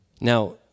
Now